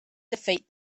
defeat